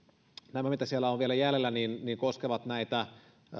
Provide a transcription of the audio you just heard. nämä mitä siellä on vielä jäljellä koskevat näitä